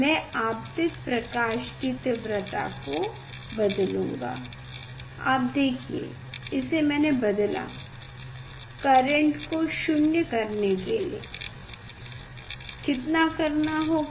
मैं आपतित प्रकाश की तीव्रता को बदलुंगा आप देखिए इसे मैंने बदला करेंट को 0 करने के लिए कितना करना होगा